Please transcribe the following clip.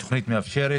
התכנית מאפשרת.